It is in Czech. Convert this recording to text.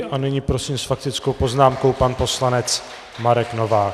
A nyní prosím s faktickou poznámkou pan poslanec Marek Novák.